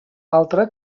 altre